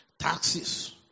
Taxes